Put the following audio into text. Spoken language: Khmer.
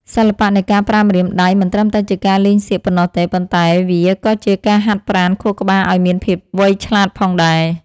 សិល្បៈនៃការប្រើម្រាមដៃមិនត្រឹមតែជាការលេងសៀកប៉ុណ្ណោះទេ ប៉ុន្តែ វាក៏ជាការហាត់ប្រាណខួរក្បាលឱ្យមានភាពវៃឆ្លាតផងដែរ។